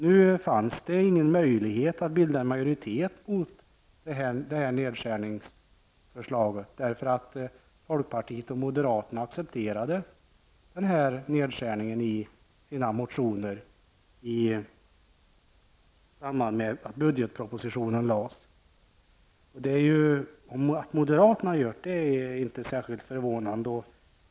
Nu fanns det ingen möjlighet att bilda majoritet mot det här nedskärningsförslaget, därför att folkpartiet och moderaterna accepterade nedskärningen i sina motioner i samband med att budgetpropositionen lades fram. Att moderaterna gör det är inte särskilt förvånande.